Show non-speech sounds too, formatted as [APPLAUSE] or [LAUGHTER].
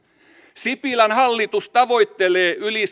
sipilän hallitus tavoittelee varhaiskasvatuksesta yli [UNINTELLIGIBLE]